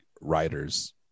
writers